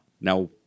Now